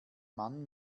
mann